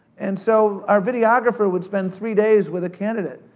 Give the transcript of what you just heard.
and so, our videographer would spend three days with a candidate,